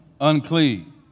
unclean